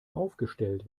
aufgestellt